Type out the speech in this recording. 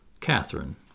Catherine